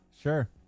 Sure